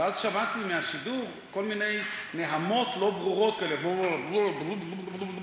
ואז שמעתי מהשידור כל מיני נהמות לא ברורות כאלה: בלו-בלו-בלו.